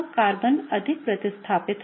एक कार्बन अधिक प्रतिस्थापित है